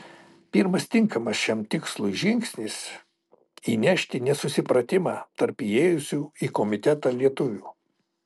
pirmas tinkamas šiam tikslui žingsnis įnešti nesusipratimą tarp įėjusių į komitetą lietuvių